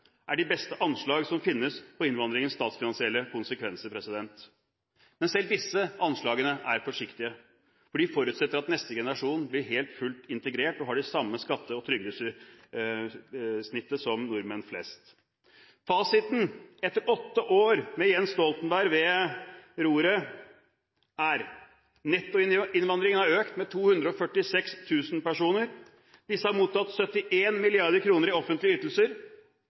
er de beste anslag som finnes for innvandringens statsfinansielle konsekvenser. Men selv disse anslagene er forsiktige, for de forutsetter at neste generasjon blir helt og fullt integrert og har det samme skatte- og trygdesnittet som nordmenn flest. Fasiten etter åtte år med Jens Stoltenberg ved roret er: Nettoinnvandringen har økt med 246 000 personer. Disse har mottatt 71 mrd. kr i offentlige ytelser.